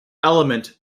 element